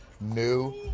new